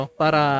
para